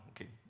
okay